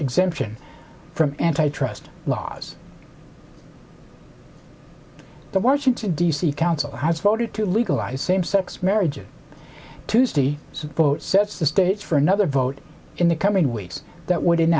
exemption from antitrust laws the washington d c council has voted to legalize same sex marriages tuesday so both sets the stage for another vote in the coming weeks that w